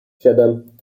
siedem